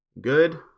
Good